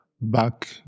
back